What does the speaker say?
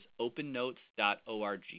opennotes.org